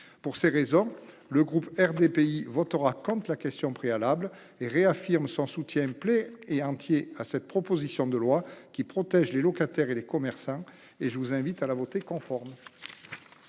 Pour ces raisons, le groupe RDPI votera contre la question préalable et réaffirme son soutien plein et entier à cette proposition de loi qui protège les locataires et les commerçants. Mes chers collègues, je vous invite à la voter conforme.